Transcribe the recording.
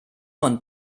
und